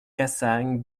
cassagnes